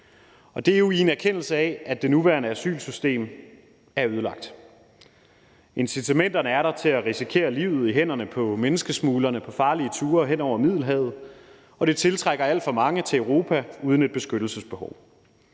Det er jo i en erkendelse af, at det nuværende asylsystem er ødelagt. Incitamenterne er der til at risikere livet i hænderne på menneskesmuglerne på farlige ture hen over Middelhavet, og det tiltrækker alt for mange til Europa uden et beskyttelsesbehov.